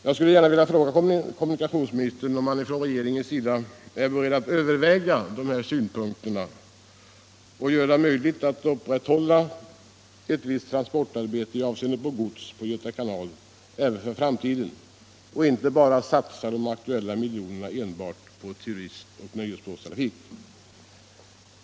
Jag skulle gärna vilja fråga kommunikationsministern om man från regeringens sida är beredd att överväga dessa synpunkter och göra det möjligt att upprätthålla ett visst transportarbete i avseende på gods på Göta kanal även för framtiden och inte bara satsa de aktuella miljonerna på turistoch nöjesbåtstrafik.